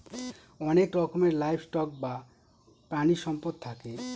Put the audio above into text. অনেক রকমের livestock বা প্রানীসম্পদ থাকে